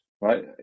right